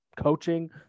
coaching